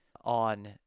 on